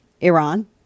Iran